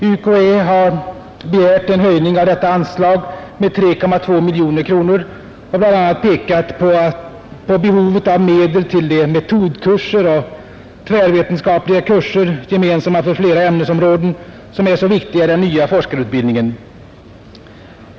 UKÄ har begärt en höjning av detta anslag med 3,2 miljoner kronor och bl.a. pekat på behovet av medel till de metodkurser och tvärvetenskapliga kurser, gemensamma för flera ämnesområden, som är så viktiga i den nya forskarutbildningen.